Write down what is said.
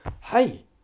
hey